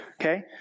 okay